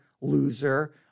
loser